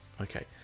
Okay